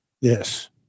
yes